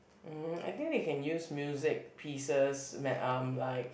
mm I think they can use music pieces ma~ um like